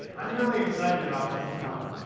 i'm really excited about what's to come.